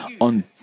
on